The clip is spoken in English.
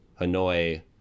hanoi